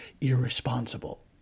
irresponsible